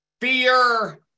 fear